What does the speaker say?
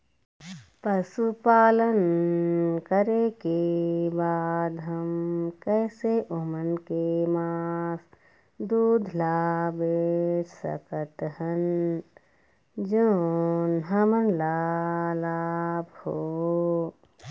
पशुपालन करें के बाद हम कैसे ओमन के मास, दूध ला बेच सकत हन जोन हमन ला लाभ हो?